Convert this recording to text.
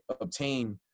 obtain